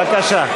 בבקשה.